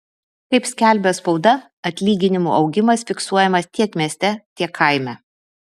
kaip skelbia spauda atlyginimų augimas fiksuojamas tiek mieste tiek kaime